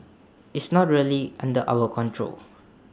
it's not really under our control